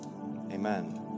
amen